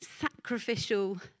sacrificial